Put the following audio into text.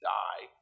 die